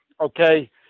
okay